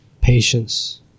patience